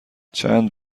چند